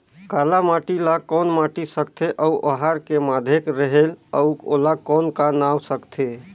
काला माटी ला कौन माटी सकथे अउ ओहार के माधेक रेहेल अउ ओला कौन का नाव सकथे?